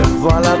voilà